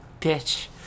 bitch